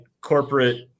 corporate